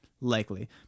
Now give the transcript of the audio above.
Likely